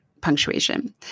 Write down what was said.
punctuation